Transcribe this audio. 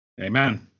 Amen